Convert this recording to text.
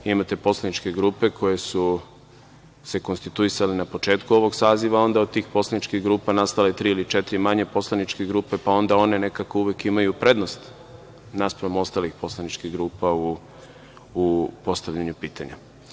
Imate poslaničke grupe koje su se konstituisale na početku ovog saziva, a onda od tih poslaničkih grupa nastanu tri ili četiri manje poslaničke grupe, pa onda one nekako uvek imaju prednost naspram ostalih poslaničkih grupa u postavljanju pitanja.